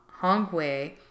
Hongwei